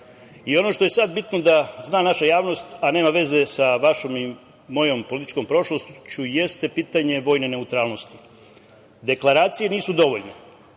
što je bitno da zna naša javnost, a nema veze sa vašom i mojom političkom prošlošću jeste pitanje vojne neutralnosti. Deklaracije nisu dovoljne.